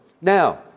Now